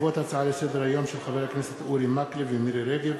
בעקבות הצעות לסדר-היום של חברי הכנסת אורי מקלב ומירי רגב,